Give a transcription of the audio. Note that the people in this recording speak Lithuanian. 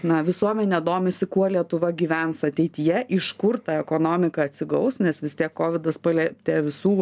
na visuomenė domisi kuo lietuva gyvens ateityje iš kur ta ekonomika atsigaus nes vis tiek kovidas palietė visų